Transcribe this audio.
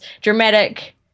dramatic